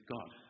God